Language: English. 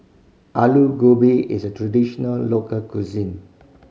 Alu Gobi is a traditional local cuisine